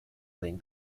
playing